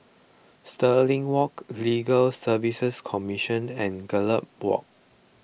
Stirling Walk Legal Service Commission and Gallop Walk